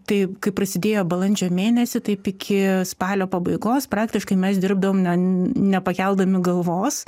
tai kai prasidėjo balandžio mėnesį taip iki spalio pabaigos praktiškai mes dirbdavom n nepakeldami galvos